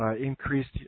increased